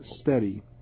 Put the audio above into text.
steady